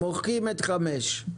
מוחקים את סעיף (5).